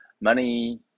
money